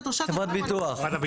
חברת הביטוח.